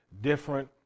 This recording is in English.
different